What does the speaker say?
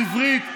בעברית,